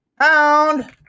pound